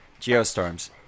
Geostorms